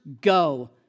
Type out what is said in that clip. go